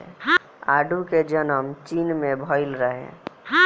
आडू के जनम चीन में भइल रहे